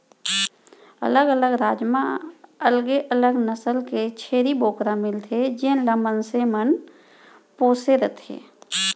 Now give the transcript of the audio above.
अलग अलग राज म अलगे अलग नसल के छेरी बोकरा मिलथे जेन ल मनसे मन पोसे रथें